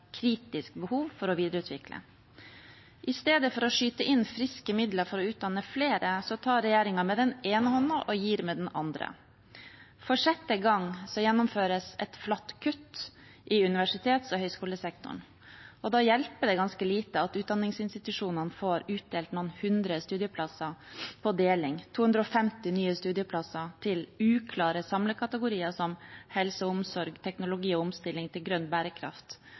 kritisk behov for å videreutvikle. I stedet for å skyte inn friske midler for å utdanne flere tar regjeringen med den ene hånda og gir med den andre. For sjette gang gjennomføres et flatt kutt i universitets- og høyskolesektoren, og da hjelper det ganske lite at utdanningsinstitusjonene får utdelt noen hundre studieplasser på deling – 250 nye studieplasser til uklare samlekategorier som helse og omsorg, teknologi og omstilling til grønn bærekraft.